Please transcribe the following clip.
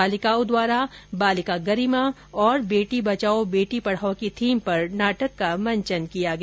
बालिकाओं द्वारा बालिका गरिमा और बेटी बचाओ बेटी पढाओ की थीम पर नाटक का मंचन किया गया